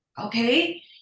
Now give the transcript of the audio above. okay